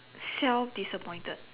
self disappointed